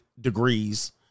degrees